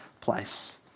place